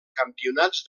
campionats